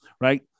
right